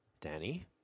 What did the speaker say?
Danny